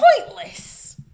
pointless